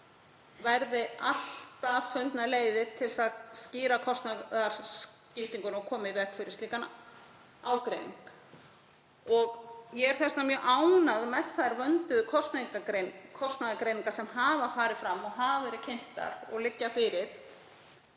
verði alltaf fundnar leiðir til að skýra kostnaðarskiptinguna og koma í veg fyrir slíkan ágreining. Ég er þess vegna mjög ánægð með þær vönduðu kostnaðargreiningar sem hafa farið fram, hafa verið kynntar og liggja fyrir